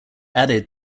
added